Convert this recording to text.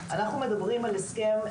אנחנו מדברים על הסכם,